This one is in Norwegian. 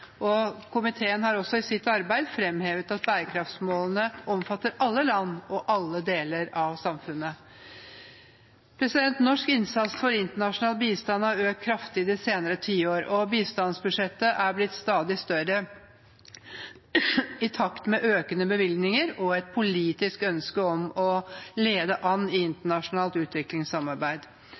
rettferdighet. Komiteen har også i sitt arbeid framhevet at bærekraftsmålene omfatter alle land og alle deler av samfunnet. Norsk innsats for internasjonal bistand har økt kraftig de senere tiårene, og bistandsbudsjettet er blitt stadig større, i takt med økende bevilgninger og et politisk ønske om å lede an i internasjonalt utviklingssamarbeid.